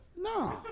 No